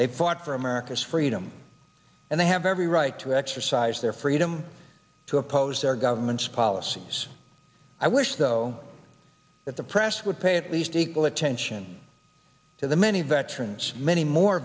they fought for america's freedom and they have every right to exercise their freedom to oppose their government's policies i wish though that the press would pay at least equal attention to the many veterans many more